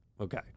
Okay